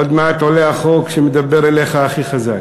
עוד מעט עולה החוק שמדבר אליך הכי חזק.